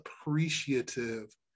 appreciative